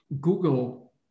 Google